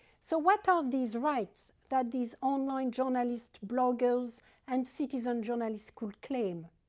so what are these rights that these online journalists, bloggers and citizen journalists could claim?